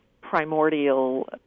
primordial